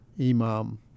Imam